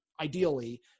ideally